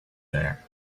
there